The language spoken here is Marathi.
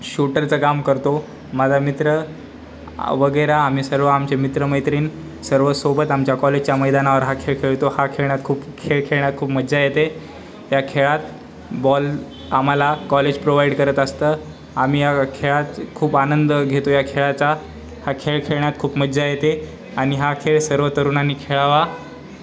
शूटरचं काम करतो माझा मित्रवगैरे आम्ही सर्व आमचे मित्र मैत्रीण सर्व सोबत आमच्या कॉलेजच्या मैदानावर हा खेळ खेळतो हा खेळण्यात खूप खेळ खेळण्यात खूप मज्जा येते या खेळात बॉल आम्हाला कॉलेज प्रोवाइड करत असतं आम्ही या खेळात खूप आनंद घेतो या खेळाचा हा खेळ खेळण्यात खूप मज्जा येते आणि हा खेळ सर्व तरुणांनी खेळावा